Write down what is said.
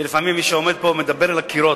יש לי רושם שלפעמים מי שעומד פה מדבר אל הקירות.